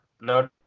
No